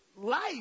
life